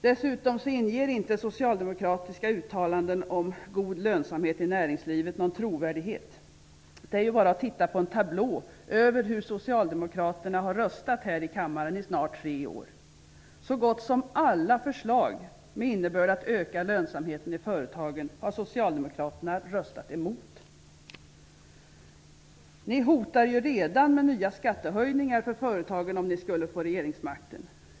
Dessutom inger inte socialdemokratiska uttalanden om god lönsamhet i näringslivet någon trovärdighet. Det är ju bara att titta på en tablå över hur Socialdemokraterna har röstat här i kammaren i snart tre år. Så gott som alla förslag, med innebörd att öka lönsamheten i företagen, har Ni hotar redan med nya skattehöjningar för företagen, om ni skulle få regeringsmakten.